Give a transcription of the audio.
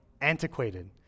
antiquated